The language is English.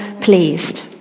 pleased